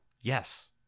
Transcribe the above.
Yes